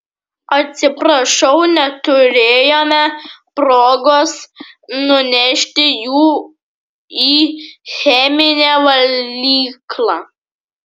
atsiprašau neturėjome progos nunešti jų į cheminę valyklą